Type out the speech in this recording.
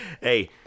Hey